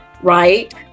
right